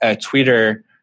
Twitter